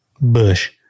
Bush